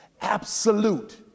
absolute